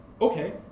Okay